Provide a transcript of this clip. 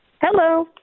hello